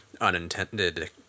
unintended